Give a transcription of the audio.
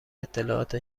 اطلاعات